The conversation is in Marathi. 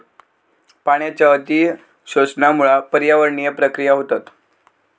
पाण्याच्या अती शोषणामुळा पर्यावरणीय प्रक्रिया होतत